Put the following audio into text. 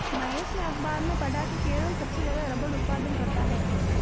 महेश ने अखबार में पढ़ा की केरल सबसे ज्यादा रबड़ उत्पादन करता है